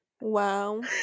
Wow